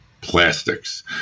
plastics